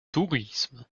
tourisme